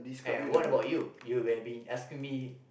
and what about you you have been asking me